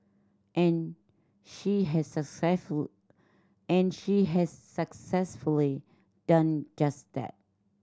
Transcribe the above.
and she has successful and she has successfully done just that